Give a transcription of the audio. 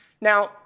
Now